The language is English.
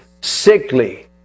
sickly